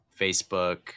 Facebook